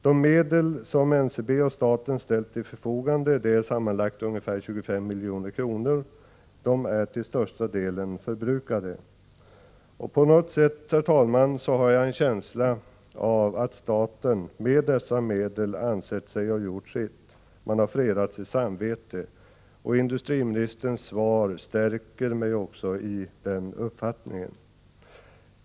De medel som NCB och staten har ställt till förfogande — sammanlagt ungefär 25 milj.kr. —-är till största delen förbrukade. Jag har, herr talman, en känsla av att staten med dessa medel anser sig ha gjort sitt — man har fredat sitt samvete. Industriministerns svar stärker mig i den uppfattningen.